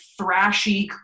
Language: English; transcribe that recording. thrashy